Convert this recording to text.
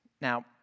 Now